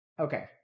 Okay